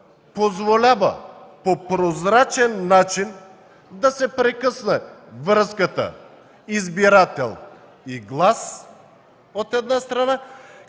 позволява по прозрачен начин да се прекъсне връзката избирател и глас, от една страна,